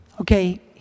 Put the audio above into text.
Okay